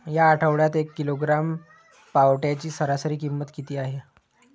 या आठवड्यात एक किलोग्रॅम पावट्याची सरासरी किंमत किती आहे?